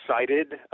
excited